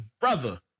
brother